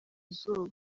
izuba